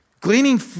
gleaning